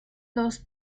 dos